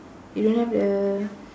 you don't have the